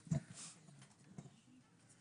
בבקשה.